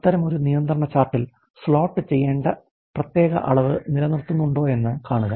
അത്തരമൊരു നിയന്ത്രണ ചാർട്ടിൽ സ്ലോട്ട് ചെയ്യേണ്ട പ്രത്യേക അളവ് നിലനിർത്തുന്നുണ്ടോയെന്ന് കാണുക